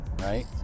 right